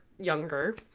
younger